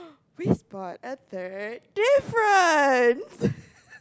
we spot a third difference